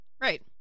Right